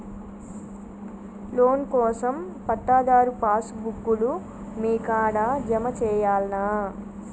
Loan కోసం పట్టాదారు passbook లు మీ కాడా జమ చేయల్నా?